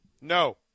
No